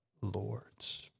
Lords